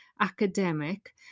academic